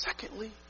secondly